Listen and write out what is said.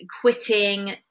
quitting